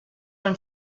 when